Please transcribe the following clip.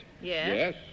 Yes